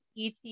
et